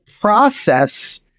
process